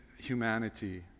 humanity